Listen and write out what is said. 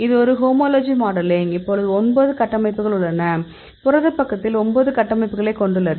இது ஒரு homology modelling இப்போது 9 கட்டமைப்புகள் உள்ளன புரதப் பக்கத்தில் 9 கட்டமைப்புகளை கொண்டுள்ளது